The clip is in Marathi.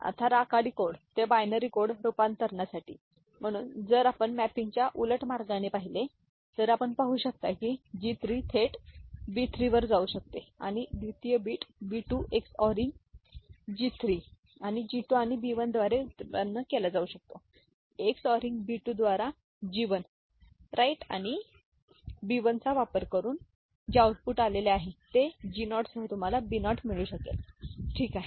आता राखाडी कोड ते बायनरी कोड रूपांतरणासाठी म्हणून जर आपण मॅपिंगच्या उलट मार्गाकडे पाहिले तर आपण पाहू शकता कीG3 थेटB3 वर जाऊ शकते आणि द्वितीय बिटB2 एक्सओरिंगG3 आणिG2 आणिB1 द्वारे व्युत्पन्न केला जाऊ शकतो एक्सओरिंगB2 द्वाराG१ राईट आणिB१ चा वापर करून जे आउटपुट आलेले आहे ते G नॉट सह तुम्हालाBनॉट मिळू शकेल ठीक आहे